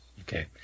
Okay